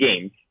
games